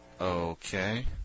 okay